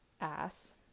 ass